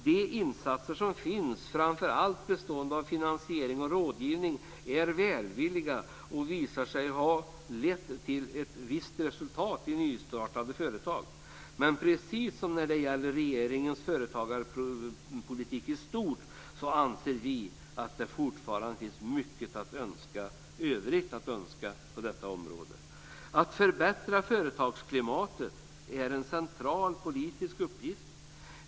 De insatser som finns, framför allt bestående av finansiering och rådgivning, är välvilliga och visar sig ha lett till ett visst resultat i nystartade företag. Men precis som när det gäller regeringens företagarpolitik i stort anser vi att det fortfarande finns mycket övrigt att önska på detta område. Att förbättra företagsklimatet är en central politisk uppgift.